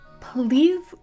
Please